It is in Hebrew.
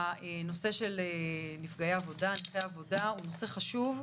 שהנושא של נפגעי עבודה, נכי עבודה, הוא נושא חשוב.